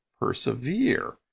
persevere